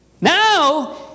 Now